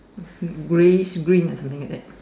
grayish green ah something like that